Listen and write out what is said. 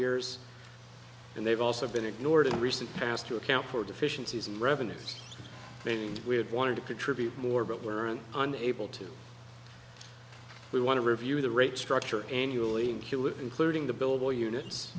years and they've also been ignored in the recent past to account for deficiencies and revenues and we had wanted to contribute more but weren't on able to we want to review the rate structure annually including the billable units